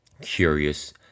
curious